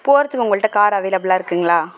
போகிறத்துக்கு உங்கள்கிட்ட கார் அவைலபுலாக இருக்குங்களா